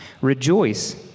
rejoice